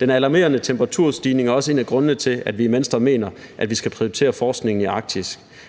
Den alarmerende temperaturstigning er også en af grundene til, at vi i Venstre mener, at vi skal prioritere forskningen i Arktis.